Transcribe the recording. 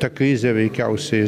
ta krizė veikiausiai